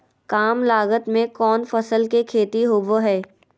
काम लागत में कौन फसल के खेती होबो हाय?